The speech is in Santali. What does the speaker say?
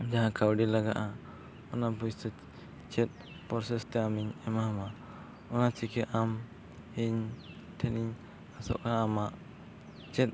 ᱡᱟᱦᱟᱸ ᱠᱟᱹᱣᱰᱤ ᱞᱟᱜᱟᱜᱼᱟ ᱚᱱᱟ ᱯᱩᱭᱥᱟᱹ ᱪᱮᱫ ᱛᱮ ᱟᱢᱤᱧ ᱮᱢᱟᱢᱟ ᱚᱱᱟ ᱪᱮᱠᱟ ᱟᱢ ᱤᱧ ᱴᱷᱮᱱᱤᱧ ᱟᱥᱚᱜᱼᱟ ᱟᱢᱟᱜ ᱪᱮᱫ